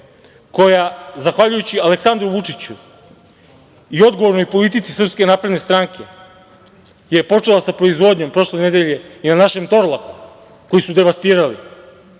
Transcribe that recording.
koja zahvaljujući Aleksandru Vučiću i odgovornoj politici SNS je počela sa proizvodnjom prošle nedelje i našem Torlaku, koji su devastirali.